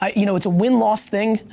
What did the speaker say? ah you know, it's a win loss thing,